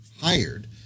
hired